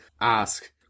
ask